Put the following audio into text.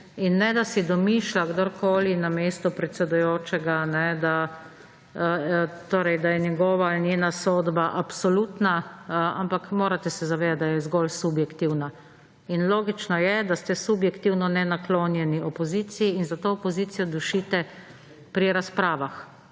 in ne da si domišlja kdorkoli namesto predsedujočega, torej da je njegova in njena sodba absolutna, ampak morate se zavedati, da je zgolj subjektivna in logično je, da ste subjektivno nenaklonjeni opoziciji in zato opozicijo dušite pri razpravah.